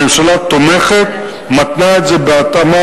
הממשלה תומכת ומתנה את זה בהתאמת